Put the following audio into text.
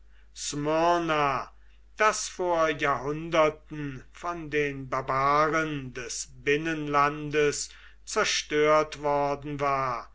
das vor jahrhunderten von den barbaren des binnenlandes zerstört worden war